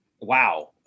wow